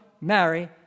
marry